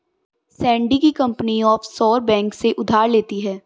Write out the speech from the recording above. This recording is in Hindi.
सैंडी की कंपनी ऑफशोर बैंक से उधार लेती है